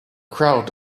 crowd